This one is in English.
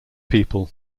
people